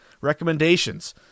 recommendations